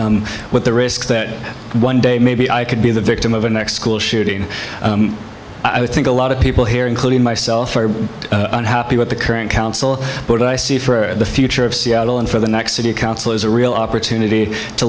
with the risk that one day maybe i could be the victim of a next school shooting i would think a lot of people here including myself unhappy with the current council but i see it for the future of seattle and for the next city council as a real opportunity to